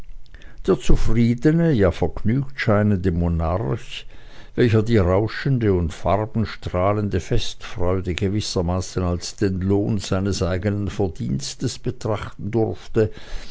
der zufriedene ja vergnügt scheinende monarch welcher die rauschende und farbenstrahlende festfreude gewissermaßen als den lohn seines eigenen verdienstes betrachten durfte